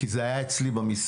כי זה היה אצלי במשרד.